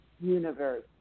universe